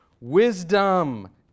Wisdom